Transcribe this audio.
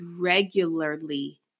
regularly